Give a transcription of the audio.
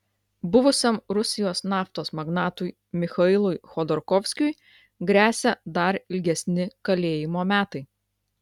buvusiam rusijos naftos magnatui michailui chodorkovskiui gresia dar ilgesni kalėjimo metai